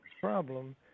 problem